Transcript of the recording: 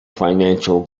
financial